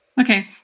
Okay